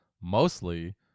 mostly